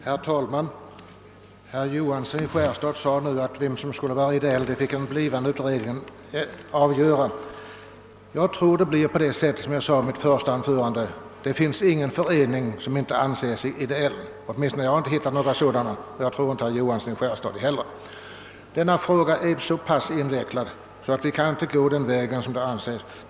Herr talman! Herr Johansson i Skärstad sade nu, att den blivande utredningen fick avgöra vilken förening som skulle anses som ideell. Jag tror att det blir som jag sade i mitt första anförande: det finns ingen förening som inte anser sig ideell. Åtminstone har inte jag hittat några sådana, och jag tror inte herr Johansson i Skärstad heller. Denna fråga är så invecklad att vi inte kan gå den vägen.